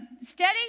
steady